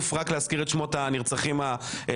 רק כדי להזכיר את שמות הנרצחים היהודים.